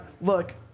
Look